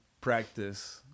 practice